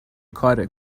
کاره